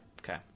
Okay